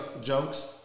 jokes